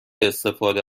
استفاده